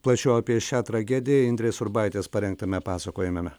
plačiau apie šią tragediją indrės urbaitės parengtame pasakojimeme